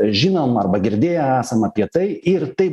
žinom arba girdėję esam apie tai ir taip